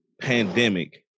pandemic